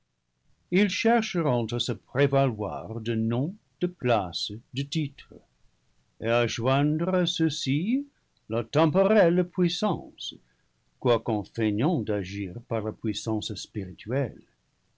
ils chercheront à se prévaloir de noms de places de litres et à joindre à ceux-ci la temporelle puissance quoiqu'en feignant d'agir par la puissance spirituelle